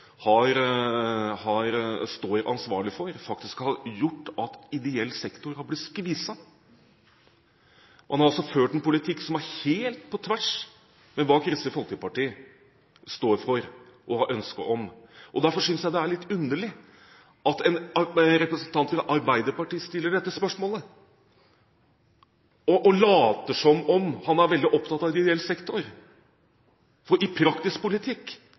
står ansvarlig for, faktisk har gjort at ideell sektor har blitt skviset. Man har ført en politikk som er helt på tvers av hva Kristelig Folkeparti står for og har ønske om. Derfor synes jeg det er litt underlig at en representant fra Arbeiderpartiet stiller dette spørsmålet og later som om han er veldig opptatt av ideell sektor, for praktisk politikk